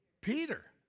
Peter